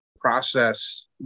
process